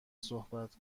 صحبت